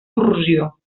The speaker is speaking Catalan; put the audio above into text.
corrosió